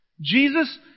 Jesus